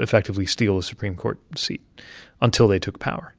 effectively steal a supreme court seat until they took power.